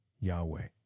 Yahweh